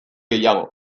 gehiago